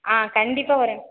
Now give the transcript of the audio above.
ஆ கண்டிப்பாக வரும்